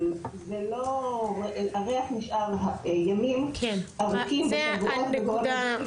הריח נשאר ימים ארוכים ושבועות וגורם לנזקים.